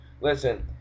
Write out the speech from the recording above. Listen